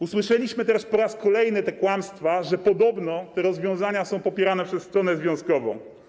Usłyszeliśmy też po raz kolejny kłamstwa, że podobno te rozwiązania są popierane przez stronę związkową.